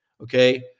Okay